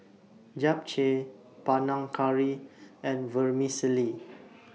Japchae Panang Curry and Vermicelli